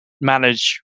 manage